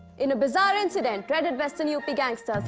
in a bizarre incident, dreaded western yeah up ah gangster.